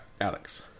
Alex